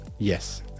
Yes